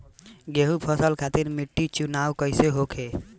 गेंहू फसल खातिर मिट्टी चुनाव कईसे होखे?